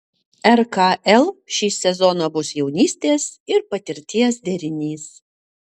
rkl šį sezoną bus jaunystės ir patirties derinys